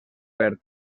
verd